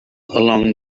along